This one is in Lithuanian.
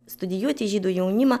studijuoti žydų jaunimą